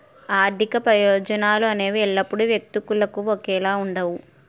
ఆర్థిక ప్రయోజనాలు అనేవి ఎల్లప్పుడూ వ్యక్తులకు ఒకేలా ఉండవు